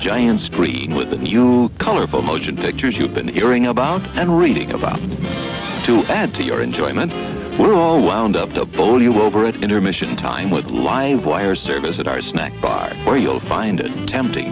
giant screen with you colorful motion pictures you've been hearing about and reading about to add to your enjoyment we're all wound up to pull you over at intermission time what live wire service that are snack bar or you'll find it tempting